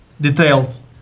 details